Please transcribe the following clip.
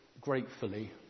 gratefully